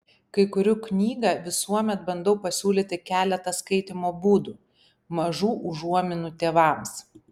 kai kuriu knygą visuomet bandau pasiūlyti keletą skaitymo būdų mažų užuominų tėvams